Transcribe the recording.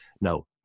No